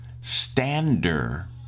Stander